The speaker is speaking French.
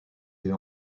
deux